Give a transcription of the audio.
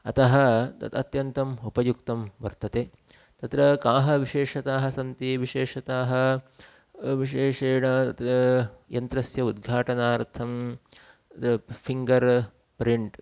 अतः तत् अत्यन्तम् उपयुक्तं वर्तते तत्र काः विशेषताः सन्ति विशेषताः विशेषेण अत्र यन्त्रस्य उद्घाटनार्थं यद् फ़िङ्गर् प्रिण्ट्